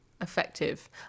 effective